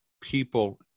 people